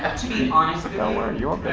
ah to be honest with you know um and you,